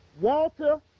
Walter